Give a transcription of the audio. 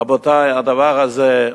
רבותי, הדבר הזה,